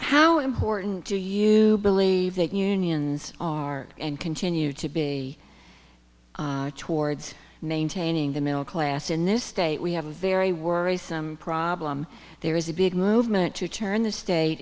how important do you believe that unions are and continue to be towards maintaining the middle class in this state we have a very worrisome problem there is a big movement to turn this state